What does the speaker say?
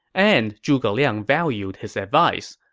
and zhuge liang valued his advice,